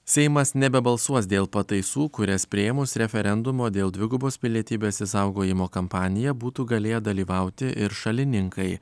seimas nebebalsuos dėl pataisų kurias priėmus referendumo dėl dvigubos pilietybės išsaugojimo kampanija būtų galėję dalyvauti ir šalininkai